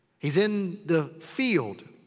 he's in the field.